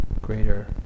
greater